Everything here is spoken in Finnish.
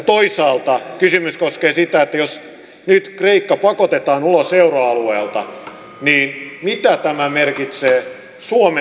toisaalta kysymys koskee sitä että jos nyt kreikka pakotetaan ulos euroalueelta niin mitä tämä merkitsee suomen saataville